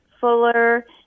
fuller